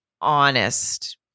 honest